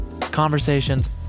conversations